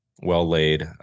well-laid